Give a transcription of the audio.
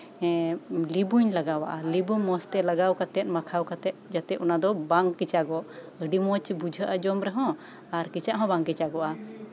ᱮᱸᱫ ᱞᱤᱵᱩᱧ ᱞᱟᱜᱟᱣᱟᱜᱼᱟ ᱮᱸᱫ ᱞᱤᱵᱩ ᱢᱚᱸᱡᱽ ᱛᱮ ᱞᱟᱜᱟᱣ ᱠᱟᱛᱮ ᱢᱟᱠᱷᱟᱣ ᱠᱟᱛᱮ ᱡᱟᱛᱮ ᱚᱱᱟ ᱫᱚ ᱵᱟᱝ ᱠᱮᱪᱟᱜᱚᱜ ᱟᱹᱰᱤ ᱢᱚᱸᱡᱽ ᱵᱩᱡᱷᱟᱹᱜᱼᱟ ᱡᱚᱢ ᱨᱮᱦᱚᱸ ᱟᱨ ᱠᱮᱪᱷᱟᱜ ᱦᱚᱸ ᱵᱟᱝ ᱠᱮᱪᱟᱜᱚᱜᱼᱟ